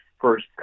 first